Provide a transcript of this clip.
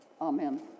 Amen